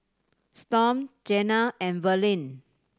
Storm Jena and Verlene